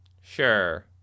Sure